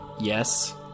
yes